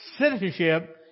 citizenship